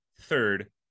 third